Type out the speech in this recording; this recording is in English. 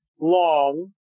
long